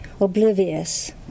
Oblivious